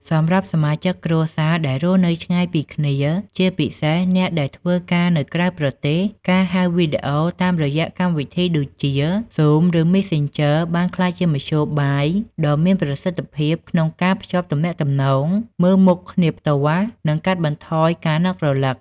សម្រាប់សមាជិកគ្រួសារដែលរស់នៅឆ្ងាយពីគ្នា ជាពិសេសអ្នកដែលធ្វើការនៅក្រៅប្រទេស ការហៅវីដេអូ តាមរយៈកម្មវិធីដូចជា Zoom ឬ Messenger បានក្លាយជាមធ្យោបាយដ៏មានប្រសិទ្ធភាពក្នុងការភ្ជាប់ទំនាក់ទំនងមើលមុខគ្នាផ្ទាល់ និងកាត់បន្ថយការនឹករលឹក។